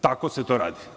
Tako se to radi.